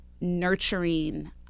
nurturing